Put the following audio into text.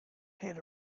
had